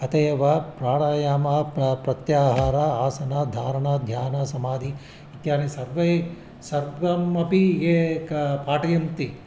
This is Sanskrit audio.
अतः एव प्राणायामः प्र प्रत्याहारः आसनं धारणा ध्यानं समाधिः इत्यादि सर्वे सर्वमपि ये क पाठयन्ति